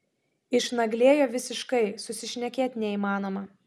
išnaglėjo visiškai susišnekėt neįmanoma